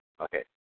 okay